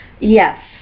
Yes